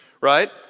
right